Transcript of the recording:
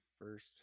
first